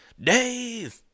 Dave